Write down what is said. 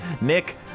Nick